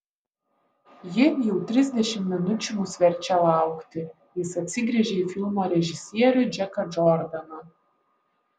ji jau trisdešimt minučių mus verčia laukti jis atsigręžė į filmo režisierių džeką džordaną